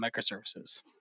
microservices